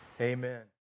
amen